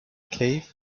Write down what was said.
cave